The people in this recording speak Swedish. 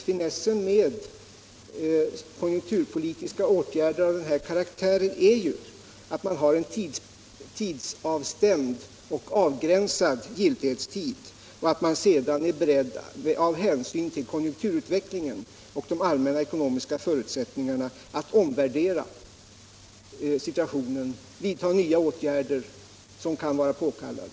Finessen med konjunkturpolitiska åtgärder av den här karaktären är självfallet att man har en avgränsad giltighetstid och att man sedan är beredd, av hänsyn till konjunkturutvecklingen och de allmänna ekonomiska förutsättningarna, att omvärdera situationen och vidta nya åtgärder som kan vara påkallade.